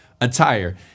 attire